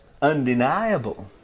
undeniable